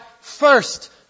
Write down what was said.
First